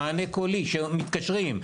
מענה קולי שמתקשרים.